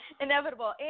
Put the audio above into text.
inevitable